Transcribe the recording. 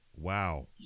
Wow